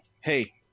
hey